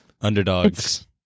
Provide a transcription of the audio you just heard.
underdogs